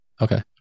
Okay